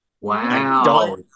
Wow